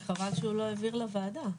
חבל שהוא לא העביר לוועדה,